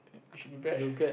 it should be bad